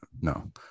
No